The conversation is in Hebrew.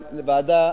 אבל ועדה